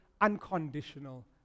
unconditional